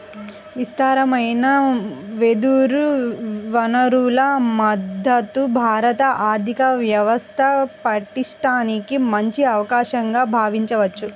విస్తారమైన వెదురు వనరుల మద్ధతు భారత ఆర్థిక వ్యవస్థ పటిష్టానికి మంచి అవకాశంగా భావించవచ్చు